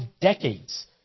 decades